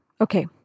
Okay